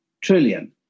trillion